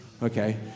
Okay